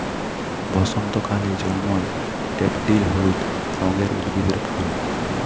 বসন্তকালে জল্ময় ড্যাফডিল হলুদ রঙের উদ্ভিদের ফুল